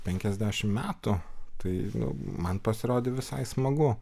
penkiasdešimt metų tai man pasirodė visai smagu